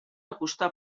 acostar